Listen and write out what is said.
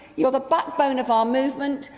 you're the back bone of our movement.